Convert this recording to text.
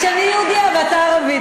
רק שאני יהודייה ואתה ערבי,